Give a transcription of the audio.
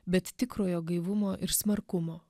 bet tikrojo gaivumo ir smarkumo